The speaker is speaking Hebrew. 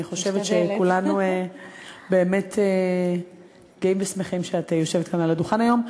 אני חושבת שכולנו באמת גאים ושמחים שאת יושבת כאן על הדוכן היום.